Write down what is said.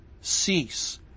cease